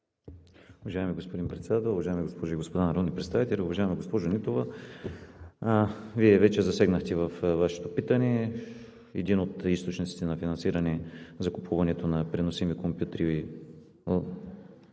Уважаеми господин Председател, уважаеми госпожи и господа народни представители! Уважаема госпожо Нитова, Вие вече засегнахте във Вашето питане един от източниците на финансиране закупуването на преносими компютри и таблети